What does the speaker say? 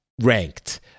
ranked